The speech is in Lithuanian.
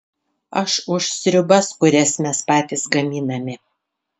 aš už sriubas kurias mes patys gaminame